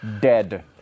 Dead